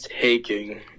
taking